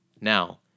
Now